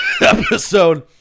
episode